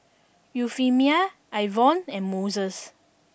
Euphemia Ivonne and Moses